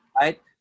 Right